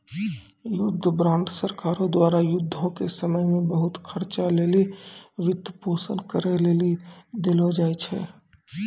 युद्ध बांड सरकारो द्वारा युद्धो के समय मे बहुते खर्चा लेली वित्तपोषन करै लेली देलो जाय छै